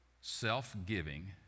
self-giving